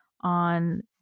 on